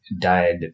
died